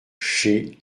chez